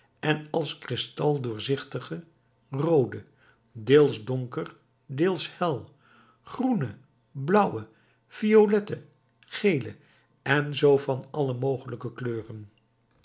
en als kristal doorzichtige roode deels donker deels hel groene blauwe violette gele en zoo van alle mogelijke kleuren